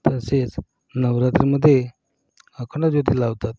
तसेच नवरात्रीमध्ये अखंड ज्योती लावतात